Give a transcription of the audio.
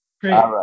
Great